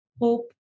Hope